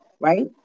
Right